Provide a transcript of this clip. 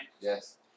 Yes